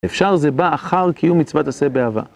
אפשר, זה בא אחר קיום מצוות עשה באהבה.